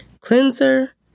Cleanser